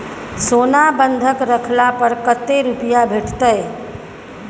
सोना बंधक रखला पर कत्ते रुपिया भेटतै?